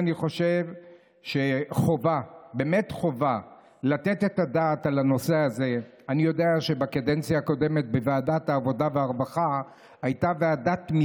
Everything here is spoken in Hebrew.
שאת תהיי עם האזיקון האלקטרוני, הוא יהיה עם